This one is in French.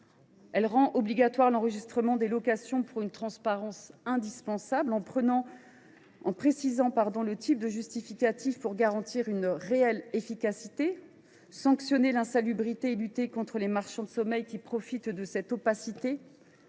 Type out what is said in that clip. elle rend obligatoire l’enregistrement des locations, pour une transparence indispensable, en précisant le type de justificatif requis, afin de garantir une réelle efficacité ; elle sanctionne l’insalubrité et permet ainsi de lutter contre les marchands de sommeil qui profitent de cette opacité